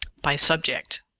by subject.